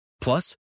Plus